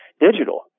digital